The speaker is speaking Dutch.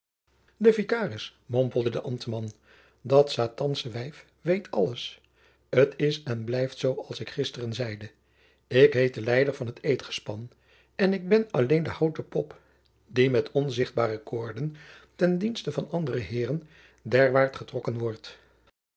den vikaris mompelde de ambtman dat satansche wijf weet alles t is en blijft zoo als ik gisteren zeide ik heet de leider van het eedgespan en ik ben alleen de houten pop die met onzichtbare koorden ten dienste van anderen heren derwaart getrokken wordt